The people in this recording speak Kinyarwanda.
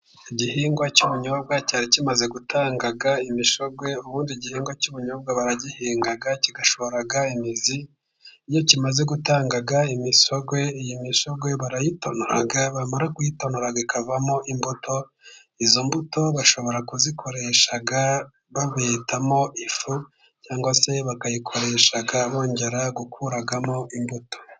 Igihingwa cy’ubunyobwa, cyari kimaze gutanga imishogwe. Ubundi, igihingwa cy’ubunyobwa, baragihinga, kigashora imizi. Iyo kimaze gutanga imisogwe, iyi misogwe, barayitona. Bamara kuyitonora, bikavamo imbuto. Izo mbuto, bashobora kuzikoresha, basheshamo ifu, cyangwa se, bakayikoresha, bongera gukuramo imbuto.